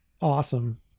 awesome